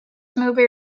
movie